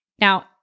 Now